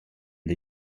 the